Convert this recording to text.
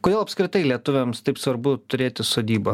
kodėl apskritai lietuviams taip svarbu turėti sodybą